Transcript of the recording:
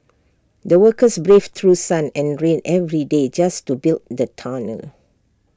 the workers braved through sun and rain every day just to build the tunnel